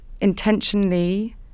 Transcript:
intentionally